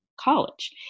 college